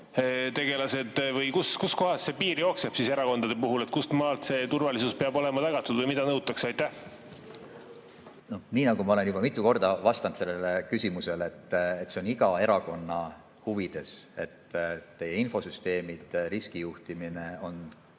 Kuskohas see piir jookseb erakondade puhul, kustmaalt see turvalisus peab olema tagatud või mida nõutakse? Nii nagu ma olen juba mitu korda sellele küsimusele vastanud, see on iga erakonna huvides, et teie infosüsteemid ja riskijuhtimine